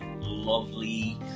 lovely